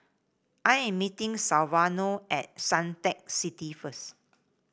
I am meeting at Suntec City first